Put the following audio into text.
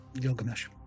Gilgamesh